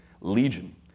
Legion